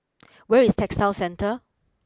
where is Textile Centre